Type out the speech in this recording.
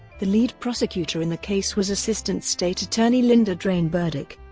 the lead prosecutor in the case was assistant state attorney linda drane burdick.